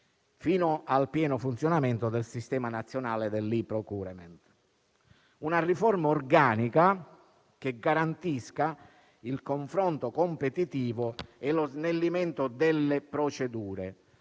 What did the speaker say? fino al pieno funzionamento del sistema nazionale dell'*e-procurement*. Stiamo parlando di una riforma organica che garantisca il confronto competitivo e lo snellimento delle procedure,